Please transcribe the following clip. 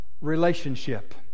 relationship